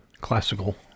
classical